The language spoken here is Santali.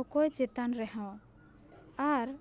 ᱚᱠᱚᱭ ᱪᱮᱛᱟᱱ ᱨᱮᱦᱚᱸ ᱟᱨ